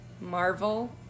Marvel